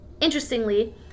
interestingly